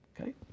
okay